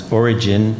origin